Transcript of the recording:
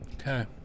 Okay